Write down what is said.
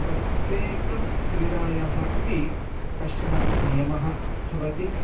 प्रत्येकं क्रीडायाः अपि कश्चननियमः भवति